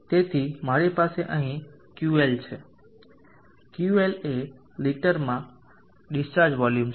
તેથી મારી પાસે અહીં QL છે QL એ લિટરમાં ડીસ્ચાર્જ વોલ્યુમ છે